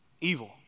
Evil